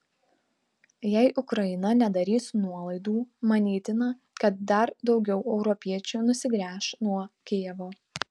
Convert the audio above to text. jei ukraina nedarys nuolaidų manytina kad dar daugiau europiečių nusigręš nuo kijevo